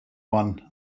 one